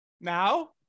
now